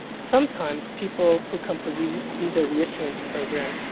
sometimes people who come from visa visa reissuance program,